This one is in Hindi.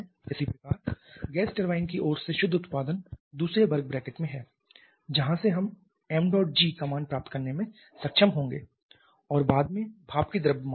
इसी प्रकार गैस टरबाइन की ओर से शुद्ध उत्पादन दूसरे वर्ग ब्रैकेट में है जहाँ से हम ṁg का मान प्राप्त करने में सक्षम होंगे और बाद में भाप की द्रव्यमान दर